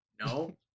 No